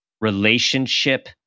relationship